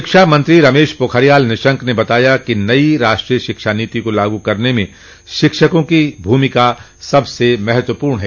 शिक्षा मंत्री रमेश पोखरियाल निशंक ने बताया कि नई राष्ट्रीय शिक्षा नीति को लागू करने में शिक्षकों की भूमिका सबसे महत्वपूर्ण है